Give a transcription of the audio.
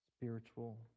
spiritual